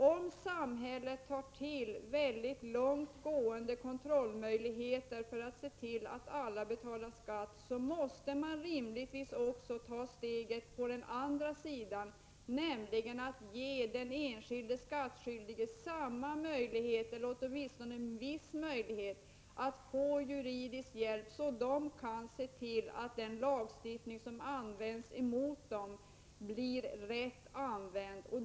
Om samhället tar till mycket långt gående kontrollmöjligheter för att se till att alla betalar skatt, måste man rimligtvis också ta ett steg åt det andra hållet, nämligen ge de enskilda skattskyldiga samma möjligheter eller åtminstone viss möjlighet att få juridisk hjälp, så att de kan kontrollera att den lagstiftning som tillämpas mot dem blir rätt använd.